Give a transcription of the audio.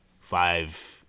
five